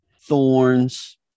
thorns